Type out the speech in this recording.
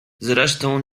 zresztą